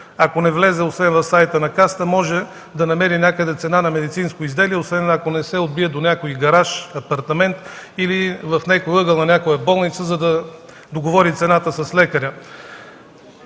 ако не влезе в сайта на Касата, може да намери някъде цена на медицинско изделие, освен ако не се отбие до някой гараж, апартамент или в някой ъгъл на някоя болница, за да договори цената с лекаря.